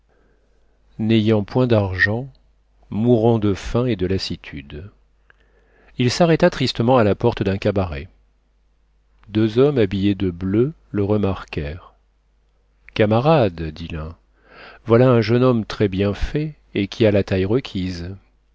n'ayant point d'argent mourant de faim et de lassitude il s'arrêta tristement à la porte d'un cabaret deux hommes habillés de bleu le remarquèrent camarade dit l'un voilà un jeune homme très bien fait et qui a la taille requise